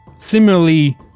similarly